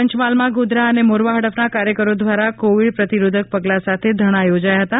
પંચમહાલમાં ગોધરા અને મોરવા હડફના કાર્યકરો દ્વારા કોવિડ પ્રતિરોધક પગલાં સાથે ધરણાં યોજાયા હતા